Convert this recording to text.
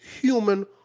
human